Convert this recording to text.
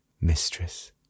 Mistress